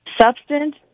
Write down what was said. Substance